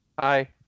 Hi